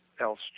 else